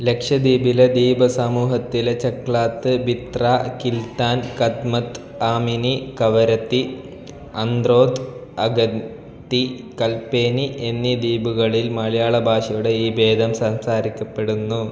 ലക്ഷദ്വീപിലെ ദ്വീപ സമൂഹത്തിലെ ചെത്ലാത്ത് ബിത്ര കിൽത്താൻ കദ്മത്ത് ആമിനി കവരത്തി അന്ത്രോത്ത് അഗ ത്തി കൽപ്പേനി എന്നീ ദ്വീപുകളിൽ മലയാള ഭാഷയുടെ ഈ ഭേദം സംസാരിക്കപ്പെടുന്നു